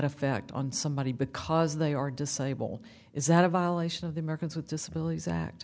effect on somebody because they are disable is that a violation of the americans with disabilities act